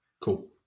cool